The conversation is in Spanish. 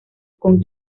con